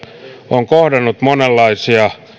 on kohdannut monenlaisia